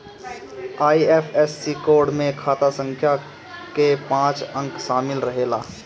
IFSC code में खाता संख्या कअ पांच अंक शामिल रहेला